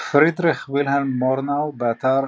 פרידריך וילהלם מורנאו, באתר